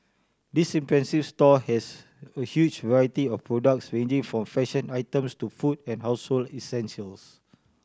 this impressive store has a huge variety of products ranging from fashion items to food and household essentials